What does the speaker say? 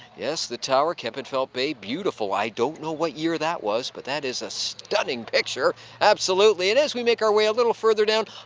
yes, the tower, kempenfelt bay, beautiful. i don't know what year that was, but that is a stunning picture, absolutely it is. we make our way a little further down,